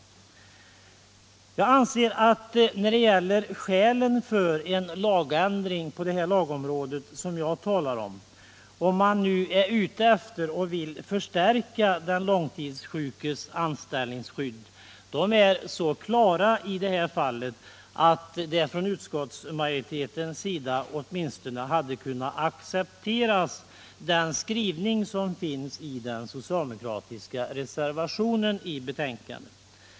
Om utskottsmajoriteten har en önskan att förstärka den långtidssjukes anställningsskydd anser jag att skälen för en lagändring på det område jag talar om är så klara att man åtminstone skulle ha kunnat acceptera den skrivning som finns i den socialdemokratiska reservationen till betänkandet.